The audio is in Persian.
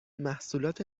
محصولات